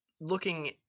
looking